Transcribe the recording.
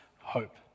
hope